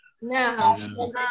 No